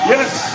Yes